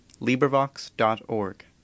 LibriVox.org